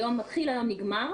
היום מתחיל, היום נגמר.